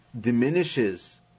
diminishes